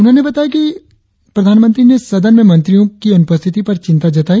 उन्होंने बताया कि प्रधानमंत्री ने सदन में मंत्रियों की अनुपस्थिति पर चिंता जताई